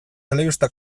telebista